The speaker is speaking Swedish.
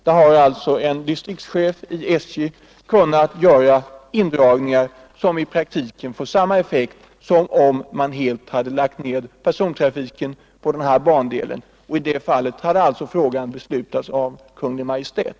Där har alltså en distriktschef vid SJ kunnat göra indragningar som i praktiken får samma effekt som om man helt hade lagt ned persontrafiken på denna bandel. I ett sådant fall skulle frågan alltså beslutas av Kungl. Maj:t